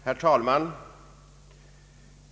Herr talman!